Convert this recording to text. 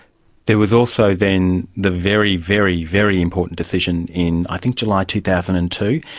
there was also then the very, very, very important decision in i think july two thousand and two,